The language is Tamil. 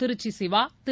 திருச்சி சிவா திரு